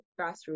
grassroots